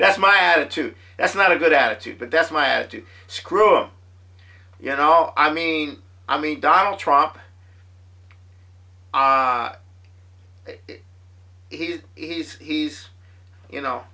that's my attitude that's not a good attitude but that's my attitude screw up you know i mean i mean donald trump he's he's he's you know